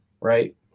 right